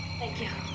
thank you.